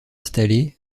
installé